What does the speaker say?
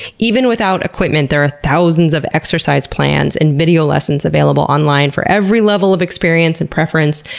even without equipment, there are thousands of exercise plans and video lessons available online for every level of experience and preference,